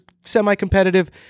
semi-competitive